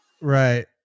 Right